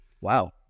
Wow